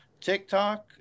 TikTok